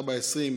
4.20,